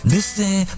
Listen